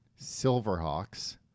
Silverhawks